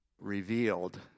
revealed